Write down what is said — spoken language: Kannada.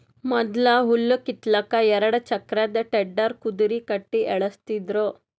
ಮೊದ್ಲ ಹುಲ್ಲ್ ಕಿತ್ತಲಕ್ಕ್ ಎರಡ ಚಕ್ರದ್ ಟೆಡ್ಡರ್ ಕುದರಿ ಕಟ್ಟಿ ಎಳಸ್ತಿದ್ರು